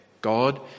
God